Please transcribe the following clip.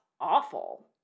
awful